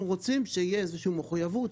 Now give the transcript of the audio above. אנחנו רוצים שתהיה איזושהי מחויבות,